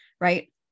right